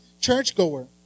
churchgoer